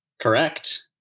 Correct